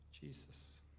Jesus